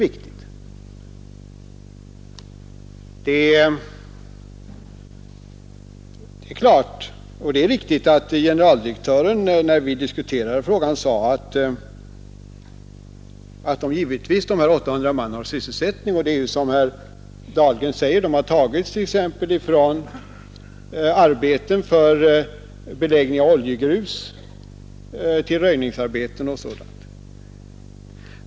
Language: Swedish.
Detta är väsentligt. Det är riktigt att generaldirektören, när vi diskuterade frågan, sade att dessa 800 man givetvis har sysselsättning, och det är som herr Dahlgren säger, att de har tagits från arbeten med beläggning av oljegrus till röjningsarbeten och sådant.